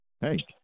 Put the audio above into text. hey